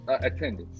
Attendance